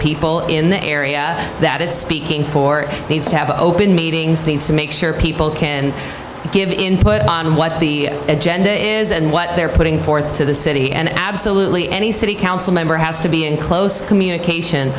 people in the area that it speaking for to have an open meetings things to make sure people can give input on what the agenda is and what they're putting forth to the city and absolutely any city council member has to be in close communication